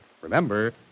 Remember